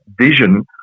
vision